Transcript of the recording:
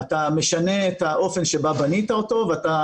אתה משנה את האופן שבו בנית אותו ואתה